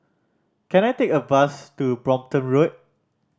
can I take a bus to Brompton Road